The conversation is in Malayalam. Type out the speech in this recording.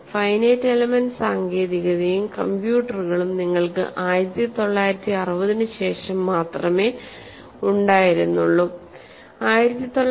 ഫൈനൈറ്റ് എലെമെന്റ് സാങ്കേതികതയും കമ്പ്യൂട്ടറുകളും നിങ്ങൾക്ക് 1960 ന് ശേഷം മാത്രമേ ഉണ്ടായിരുന്നുള്ളൂ